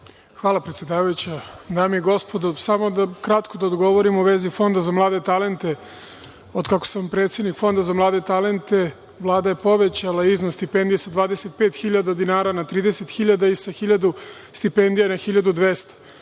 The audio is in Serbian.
Hvala, predsedavajuća. Dame i gospodo, samo kratko da odgovorim u vezi Fonda za mlade talente. Otkako sam predsednik Fonda za mlade talente, Vlada je povećala iznos stipendija sa 25.000 dinara na 30.000 i sa 1000 stipendija na 1200.